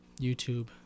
youtube